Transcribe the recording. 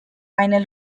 final